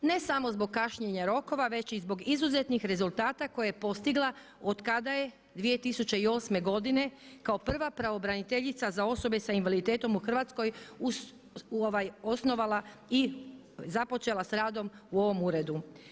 Ne samo zbog kašnjenja rokova već i zbog izuzetnih rezultata koje je postigla od kada je 2008. godine kao prava pravobraniteljica za osobe s invaliditetom u Hrvatskoj osnovala i započela s radom u ovom uredu.